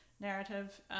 narrative